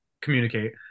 communicate